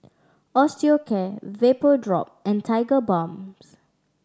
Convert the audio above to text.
Osteocare Vapodrop and Tigerbalms